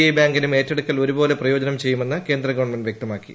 I ബാങ്കിനും ഏറ്റെടുക്കൽ ഒരുപോലെ പ്രയോജനം ചെയ്യുമെന്ന് കേന്ദ്രഗവൺമെന്റ് വ്യക്തമാക്കി